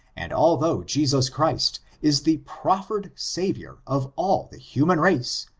and although jesus christ is the proffered savior of all the human race,